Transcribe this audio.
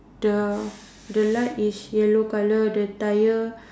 the the light is yellow colour the tyre